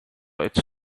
its